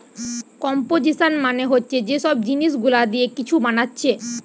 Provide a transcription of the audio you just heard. composition মানে হচ্ছে যে সব জিনিস গুলা দিয়ে কিছু বানাচ্ছে